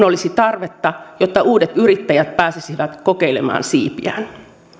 olisi tarvetta jotta uudet yrittäjät pääsisivät kokeilemaan siipiään